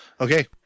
Okay